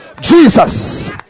jesus